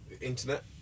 Internet